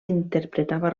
interpretava